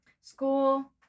School